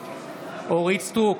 נגד אורית מלכה סטרוק,